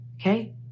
okay